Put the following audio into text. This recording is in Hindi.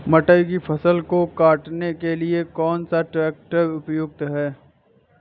मटर की फसल को काटने के लिए कौन सा ट्रैक्टर उपयुक्त है?